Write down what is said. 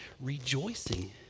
Rejoicing